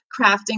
crafting